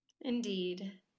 Indeed